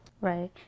Right